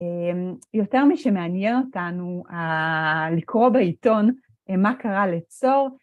יותר משמעניין אותנו לקרוא בעיתון מה קרה לצור.